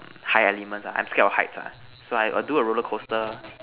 high elements ah I'm scared of heights ah so I I do a roller coaster